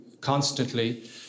constantly